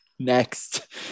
Next